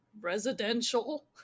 residential